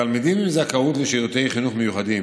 לתלמידים עם זכאות לשירותי חינוך מיוחדים